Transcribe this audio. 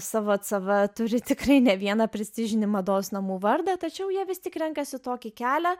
savo cv turi tikrai ne vieną prestižinį mados namų vardą tačiau jie vis tik renkasi tokį kelią